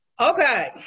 Okay